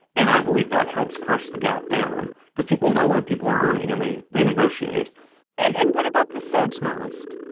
and i believe that helps crush the gap down because people know what people are earning, and they they negotiate and and what about the third-smallest?